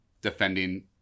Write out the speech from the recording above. defending